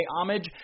homage